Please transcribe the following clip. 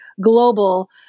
global